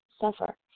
suffer